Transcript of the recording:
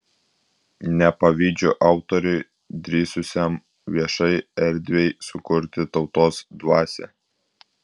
nepavydžiu autoriui drįsusiam viešai erdvei sukurti tautos dvasią